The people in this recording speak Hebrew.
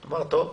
אמר: טוב.